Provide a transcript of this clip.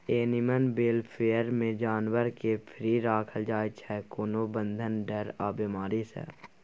animal welfare मे जानबर केँ फ्री राखल जाइ छै कोनो बंधन, डर आ बेमारी सँ